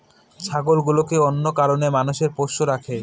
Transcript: ছাগলগুলোকে অনেক কারনে মানুষ পোষ্য রাখে